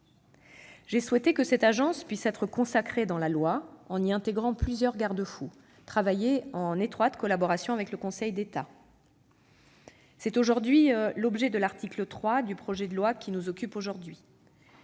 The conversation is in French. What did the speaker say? J'ai souhaité que cette agence puisse être consacrée dans la loi, en y intégrant plusieurs garde-fous, qui ont été travaillés en étroite collaboration avec le Conseil d'État. C'est tout l'objet de l'article 3 du projet de loi qui nous occupe aujourd'hui.